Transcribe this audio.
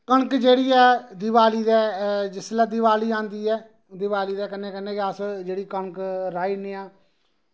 कनक जेह्ड़ी ऐ दिवाली दे जिसलै दिवाली आंदी ऐ दिवाली दे कन्नै कन्नै गै अस जेह्ड़ी कनक राही उड़ने आं